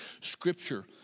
Scripture